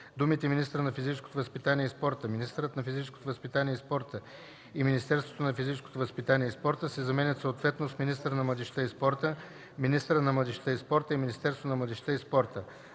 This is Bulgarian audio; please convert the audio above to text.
думите „министъра на физическото възпитание и спорта”, „министърът на физическото възпитание и спорта” и „Министерството на физическото възпитание и спорта” се заменят съответно с „министъра на младежта и спорта”, „министърът на младежта и спорта” и „Министерството на младежта и спорта”,